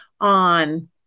on